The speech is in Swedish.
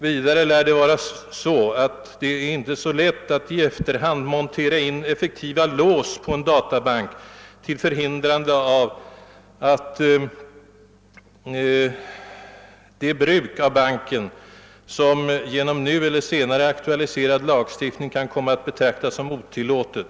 Vidare lär det inte vara lätt att i efterhand montera in effektiva lås på en databank för att förhindra ett bruk av banken, som genom nu eller senare aktualiserad lagstiftning kan komma att betraktas såsom otillåtet.